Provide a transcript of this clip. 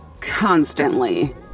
Constantly